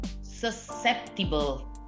susceptible